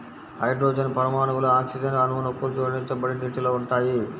hydrogen పరమాణువులు oxygen అణువుకు జోడించబడి నీటిలో ఉంటాయి